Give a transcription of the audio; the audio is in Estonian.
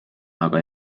aga